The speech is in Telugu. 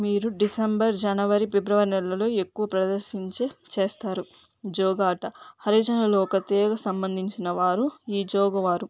వీరు డిసెంబర్ జనవరి ఫిబ్రవరి నెలలో ఎక్కువ ప్రదర్శించే చేస్తారు జోగాట హరిజనులు ఒక తీగకు సంబంధించిన వారు ఈ జోగు వారు